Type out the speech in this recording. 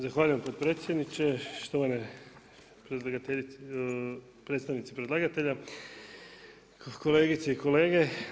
Zahvaljujem potpredsjedniče, štovane predstavnice predlagatelja, kolegice i kolege.